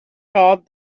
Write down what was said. called